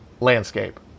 landscape